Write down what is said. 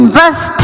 verse